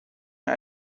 mir